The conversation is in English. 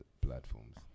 platforms